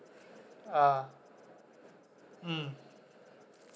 ah mm